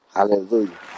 Hallelujah